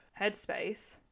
headspace